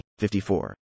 54